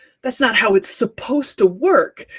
that's not how it's supposed to work.